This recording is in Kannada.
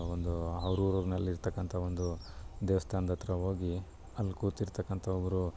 ಒಂದು ಅವ್ರು ಊರ್ನಲ್ಲಿ ಇರ್ತಕ್ಕಂಥ ಒಂದು ದೇವಸ್ಥಾನದ ಹತ್ರ ಹೋಗಿ ಅಲ್ಲಿ ಕೂತಿರ್ತಕ್ಕಂಥ ಒಬ್ಬರು